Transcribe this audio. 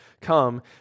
come